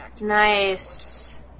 Nice